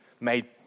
made